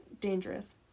dangerous